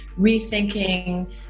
Rethinking